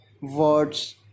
words